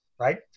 right